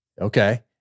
Okay